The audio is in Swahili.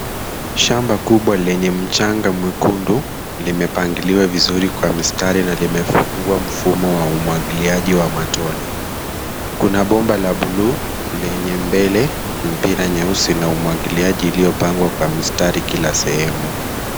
Shamba kubwa lenye michanga mwekundu lime pangiliwa vizuri kwenye mistari na lime fungwa mfummo wenye maji ya matone. Kuna bomba la bluu lenye mbele, mpira nyeusi na mistari ilio pangwa kwa kila sehemu.